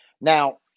Now